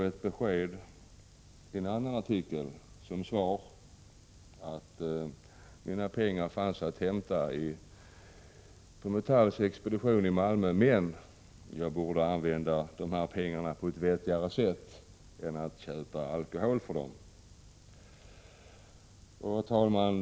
Jag fick då i en annan artikel till svar att mina pengar fanns att hämta på Metalls expedition i Malmö, men att jag borde använda de pengarna på ett vettigare sätt än att köpa alkohol för dem. Herr talman!